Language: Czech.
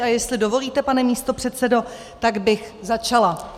A jestli dovolíte, pane místopředsedo, tak bych začala.